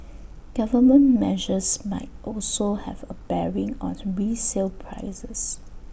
government measures might also have A bearing on resale prices